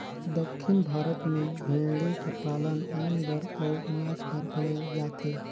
दक्खिन भारत में भेंड़ी कर पालन ऊन बर अउ मांस बर करल जाथे